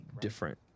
different